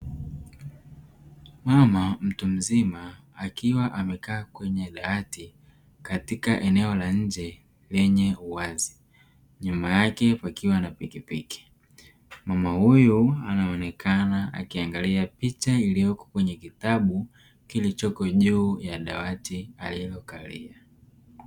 Mama mtu mzima akiwa amekaa kwenye dawati katika eneo la nje lenye uwazi nyuma yake kukiwa na pikipiki, mama huyu anaonekana akiangalia picha iliyoko kwenye kitabu kilichoko juu ya dawati alilokalia.